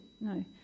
No